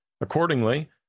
Accordingly